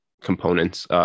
components